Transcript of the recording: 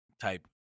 type